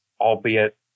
albeit